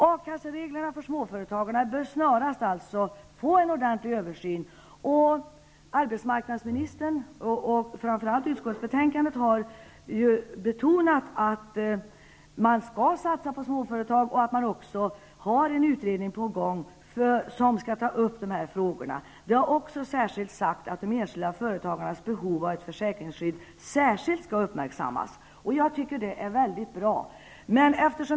A-kassereglerna för småföretagarna bör snarast bli föremål för en ordentlig översyn. Arbetsmarknadsministern har betonat att man skall satsa på småföretag och att en utredning är på gång, där dessa frågor skall tas upp. Detta betonas också i betänkandet. Det har också sagts att de enskilda företagarnas behov av ett försäkringsskydd särskilt skall uppmärksammas. Jag tycker att det är bra.